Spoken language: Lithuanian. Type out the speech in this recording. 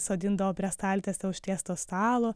sodindavo prie staltiese užtiesto stalo